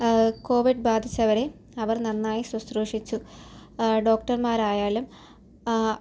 Covid ബാധിച്ചവരെ അവർ നന്നായി ശുശ്രൂഷിച്ചു ഡോക്ടർമാരായാലും